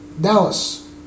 Dallas